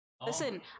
Listen